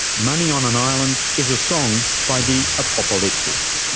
money on an island is a song by the apopalyptics.